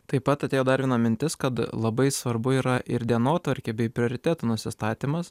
taip pat atėjo dar viena mintis kad labai svarbu yra ir dienotvarkė bei prioritetų nusistatymas